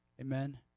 Amen